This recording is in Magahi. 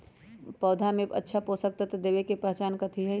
पौधा में अच्छा पोषक तत्व देवे के पहचान कथी हई?